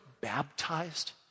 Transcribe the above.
baptized